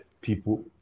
people